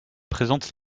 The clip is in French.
présente